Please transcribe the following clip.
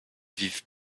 vivent